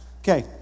Okay